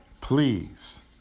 please